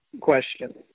question